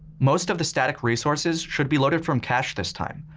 most of the static resources should be loaded from cache this time,